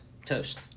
Toast